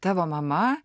tavo mama